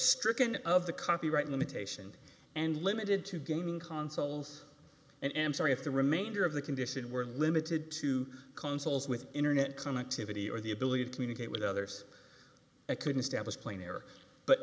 stricken of the copyright limitation and limited to gaming console us and am sorry if the remainder of the condition were limited to consoles with internet connectivity or the ability to communicate with others i couldn't stablish player but